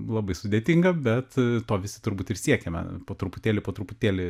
labai sudėtinga bet to visi turbūt ir siekiame po truputėlį po truputėlį